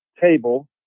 table